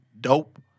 dope